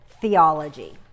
theology